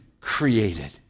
created